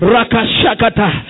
Rakashakata